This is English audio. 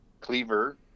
Cleaver